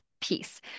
piece